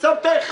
אבל שמת אחד.